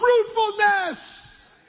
fruitfulness